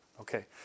Okay